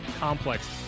Complex